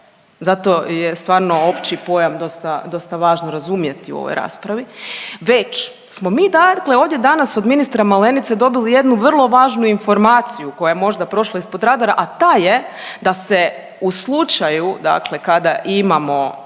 zato je stvarno opći pojam dosta, dosta važno razumjeti u ovoj raspravi, već smo mi dakle ovdje danas od ministra Malenice dobili jednu vrlo važnu informaciju koja je možda prošla ispod radara, a ta je da se u slučaju dakle kada imamo